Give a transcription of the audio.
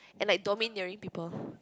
and like domineering people